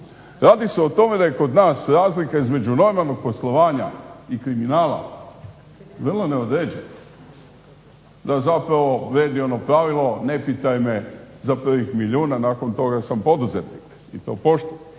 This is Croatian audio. Radi se o tome da je kod nas razlika između normalnog poslovanja i kriminala vrlo neodređena, da zapravo vrijedi ono pravilo ne pitaj me za prvi milijun, a nakon toga sam poduzetnik i to pošten.